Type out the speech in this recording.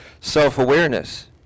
self-awareness